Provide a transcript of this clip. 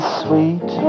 sweet